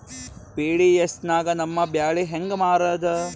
PDS ನಾಗ ನಮ್ಮ ಬ್ಯಾಳಿ ಹೆಂಗ ಮಾರದ?